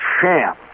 sham